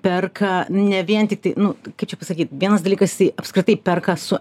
perka ne vien tiktai nu kaip čia pasakyt vienas dalykas jisai apskritai perka su